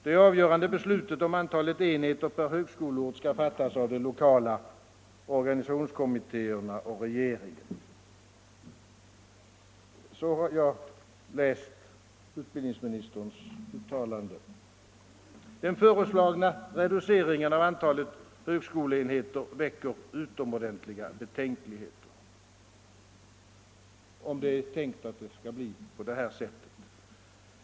Det avgörande beslutet om antalet enheter per högskoleort skall fattas av de lokala organisationskommittéerna och regeringen. Så har jag läst utbildningsministerns uttalande. Den föreslagna reduceringen av antalet högskoleenheter väcker utomordentliga betänkligheter, om det är avsikten att det skall bli på det här sättet.